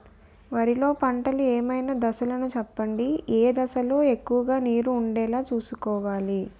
వరిలో పంటలు ఏమైన దశ లను చెప్పండి? ఏ దశ లొ ఎక్కువుగా నీరు వుండేలా చుస్కోవలి?